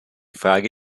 frage